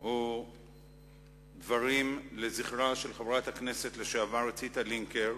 הוא דברים לזכרה של חברת הכנסת לשעבר ציטה לינקר,